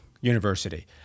university